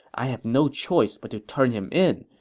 i have no choice but to turn him in!